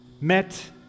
met